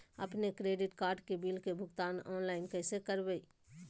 अपन credit card के bill के भुगतान ऑनलाइन कैसे करबैय?